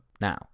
Now